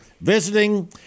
visiting